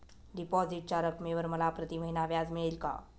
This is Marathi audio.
डिपॉझिटच्या रकमेवर मला प्रतिमहिना व्याज मिळेल का?